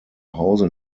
hause